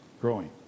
growing